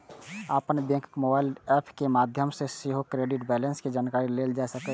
अपन बैंकक mobile app के माध्यम सं सेहो क्रेडिट बैंलेंस के जानकारी लेल जा सकै छै